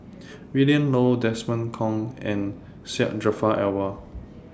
Willin Low Desmond Kon and Syed Jaafar Albar